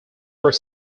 were